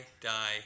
die